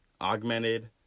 augmented